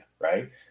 Right